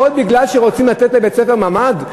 הכול בגלל שרוצים לתת לבית-ספר ממ"ד?